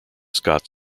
scott